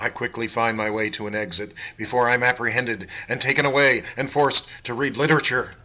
i quickly find my way to an exit before i met three handed and taken away and forced to read literature